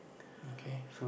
okay